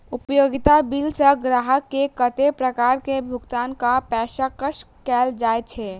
उपयोगिता बिल सऽ ग्राहक केँ कत्ते प्रकार केँ भुगतान कऽ पेशकश कैल जाय छै?